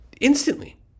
Instantly